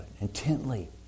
intently